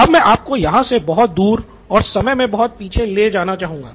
अब मैं आपको यहाँ से बहुत दूर और समय मे बहुत पीछे ले जाना चाहूँगा